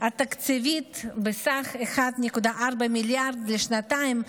התקציבית בסך 1.4 מיליארד שקלים לשנתיים,